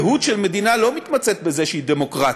הזהות של מדינה לא מתמצית בזה שהיא דמוקרטית.